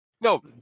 No